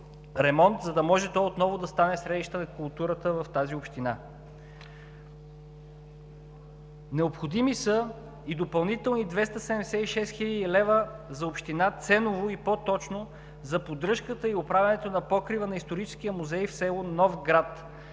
за да може то отново да стане средище на културата в тази община. Необходими са и допълнителни 276 хил. лв. за община Ценово и по-точно за поддръжката и оправянето на покрива на Историческия музей в село Нов град.